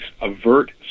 avert